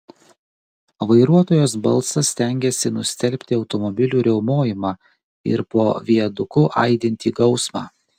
vairuotojos balsas stengėsi nustelbti automobilių riaumojimą ir po viaduku aidintį gausmą